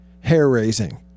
hair-raising